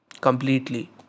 completely